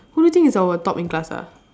who do you think is our top in class ah